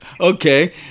okay